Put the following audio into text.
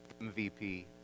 MVP